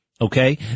Okay